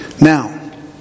Now